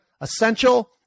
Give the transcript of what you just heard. essential